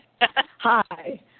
Hi